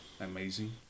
Amazing